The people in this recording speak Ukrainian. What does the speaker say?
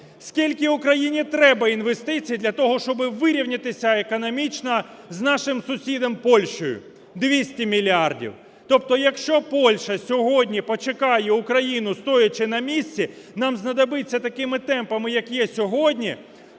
Скільки Україні треба інвестицій для того, щоб вирівнятися економічно з нашим сусідом - Польщею? 200 мільярдів. Тобто, якщо Польща сьогодні почекає Україну, стоячи на місці, нам знадобиться такими темпами, які є сьогодні,